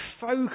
focus